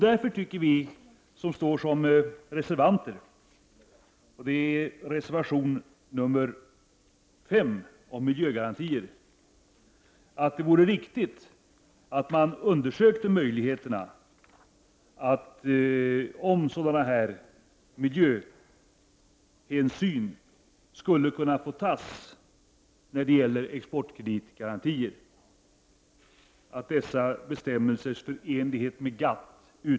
Därför tycker vi som står som reservanter —- i reservation nr 5 om miljögarantier — att det vore riktigt att man undersökte möjligheterna att, om sådana här miljöhänsyn skall kunna tas när det gäller exportkreditgarantier, bestämmelserna utvärderas i enlighet med GATT.